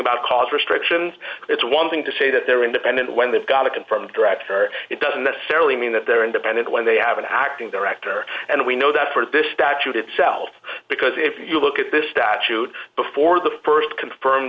about cause restrictions it's one thing to say that they're independent when they've got a confirmed director it doesn't necessarily mean that they're independent when they have an acting director and we know that for this statute itself because if you look at this statute before the st confirmed